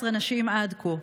17 נשים עד כה.